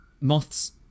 moths